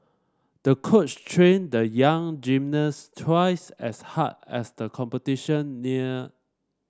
the coach trained the young gymnast twice as hard as the competition near